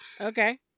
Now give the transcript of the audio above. Okay